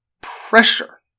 pressure